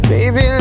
Baby